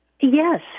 yes